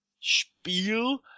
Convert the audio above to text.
Spiel